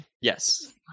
Yes